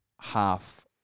half